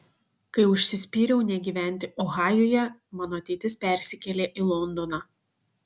kai užsispyriau negyventi ohajuje mano ateitis persikėlė į londoną